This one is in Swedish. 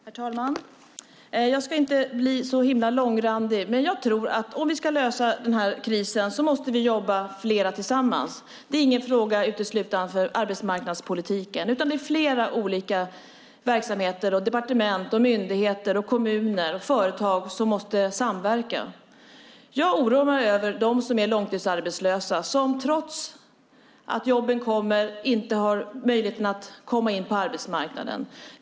Herr talman! Jag ska inte bli så himla långrandig. Men jag tror att vi, om vi ska lösa den här krisen, måste jobba flera tillsammans. Det är ingen fråga uteslutande för arbetsmarknadspolitiken, utan det är flera olika verksamheter, departement, myndigheter, kommuner och företag som måste samverka. Jag oroar mig över dem som är långtidsarbetslösa, som trots att jobben kommer inte har möjligheten att komma in på arbetsmarknaden.